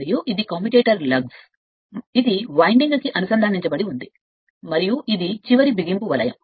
మరియు ఇది ఇక్కడ నుండి కమ్యుటేటర్ లగ్స్ ఇది వైండింగ్కు అనుసంధానించబడి ఉంది మరియు ఇది చివరి బిగింపు వలయం